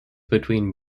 between